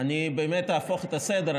אני באמת אהפוך את הסדר,